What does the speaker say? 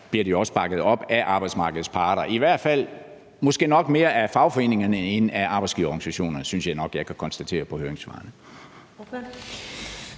bliver det jo også bakket op af arbejdsmarkedets parter – i hvert fald og måske nok mere af fagforeningerne end af arbejdsgiverorganisationerne, synes jeg nok jeg kan konstatere på høringssvarene.